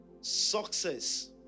success